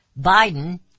Biden